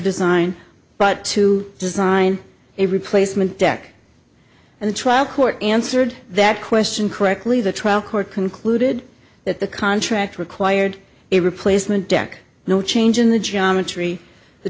design but to design a replacement deck and the trial court answered that question correctly the trial court concluded that the contract required a replacement deck no change in the geometry the